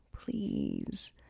please